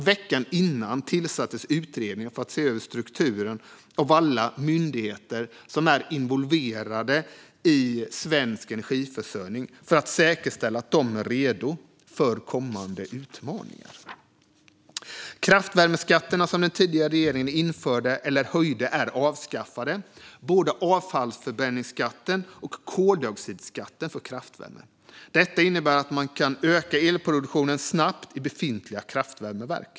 Veckan innan tillsattes en utredning för att se över strukturen av alla myndigheter som är involverade i svensk energiförsörjning för att säkerställa att de är redo för kommande utmaningar. Kraftvärmeskatterna, som den tidigare regeringen införde eller höjde, är avskaffade - både avfallsförbränningsskatten och koldioxidskatten för kraftvärme. Detta innebär att man snabbt kan öka elproduktionen i befintliga kraftvärmeverk.